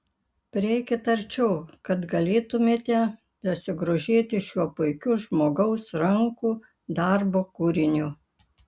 prieikit arčiau kad galėtumėte pasigrožėti šiuo puikiu žmogaus rankų darbo kūriniu